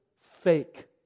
fake